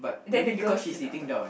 then the girl sit on top